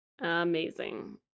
amazing